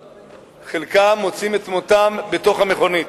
חלקם מוצאים את מותם בתוך המכונית.